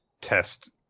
test